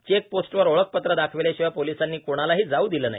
check पोस्टवर ओळखपत्र दाखवल्याशिवाय पोलीसांनी कोणालाही जाऊ दिलं नाही